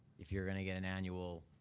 if you're gonna get an annual.